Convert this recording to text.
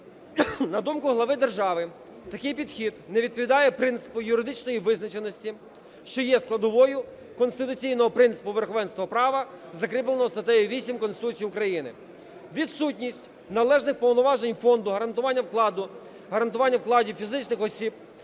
На думку глави держави такий підхід не відповідає принципу юридичної визначеності, що є складовою конституційного принципу верховенства права, закріпленого статтею 8 Конституції України. Відсутність належних повноважень Фонду гарантування вкладів фізичних осіб